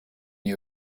you